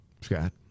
Scott